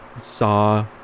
saw